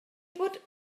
put